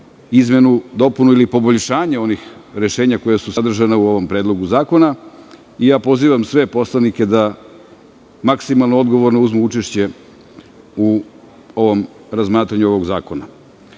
izmenu, dopunu ili poboljšanje onih rešenja koja su sadržana u ovom predlogu zakona. Pozivam sve poslanike da maksimalno odgovorno uzmu učešće u ovom razmatranju ovog zakona. Dakle,